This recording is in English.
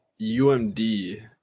UMD